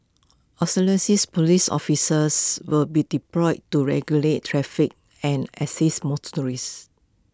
Police officers will be deployed to regulate traffic and assist